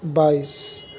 بائیس